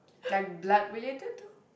like blood related too